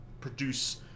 produce